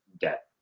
debt